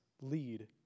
lead